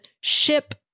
ship